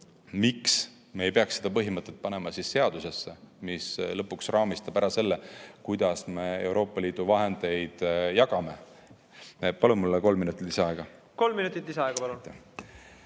miks me ei peaks seda põhimõtet panema seadusesse, mis raamistab ära selle, kuidas me Euroopa Liidu vahendeid jagame. Palun kolm minutit lisaaega. Kolm minutit lisaaega, palun.